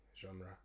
genre